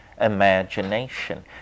imagination